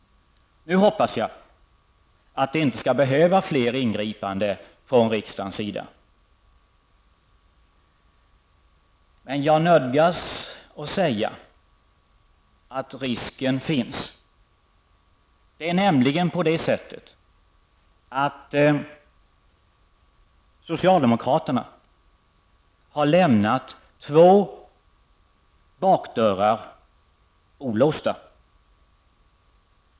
Nu hoppas jag att det inte skall behövas fler ingripanden från riksdagen. Men jag nödgas säga att risken ändå finns. Socialdemokraterna har nämligen lämnat två bakdörrar olåsta.